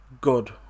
good